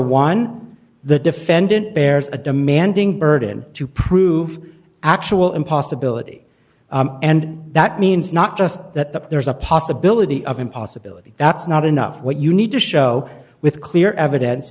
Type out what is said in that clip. one the defendant bears a demanding burden to prove actual impossibility and that means not just that there's a possibility of an possibility that's not enough what you need to show with clear evidence